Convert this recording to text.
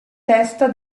testa